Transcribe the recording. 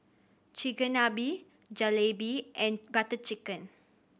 Chigenabe Jalebi and Butter Chicken